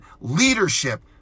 leadership